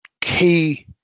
key